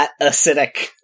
acidic